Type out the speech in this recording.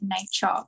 nature